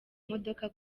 modoka